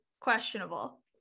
questionable